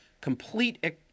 Complete